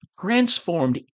transformed